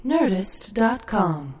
Nerdist.com